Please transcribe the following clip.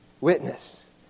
witness